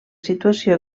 situació